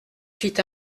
fit